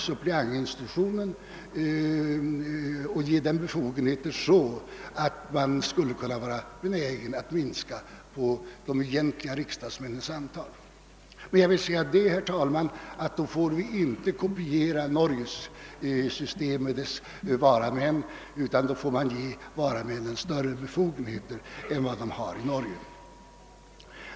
Suppleantinstitutionen skulle måhända kunna utformas så, att man skulle kunna vara benägen att minska de egentliga riksdagsmännens antal. Men då får vi inte, herr talman, kopiera Norges system med varamänn, utan vi måste ge suppleanterna större befogenheter än varamännen har.